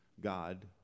God